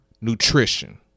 nutrition